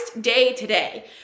day-to-day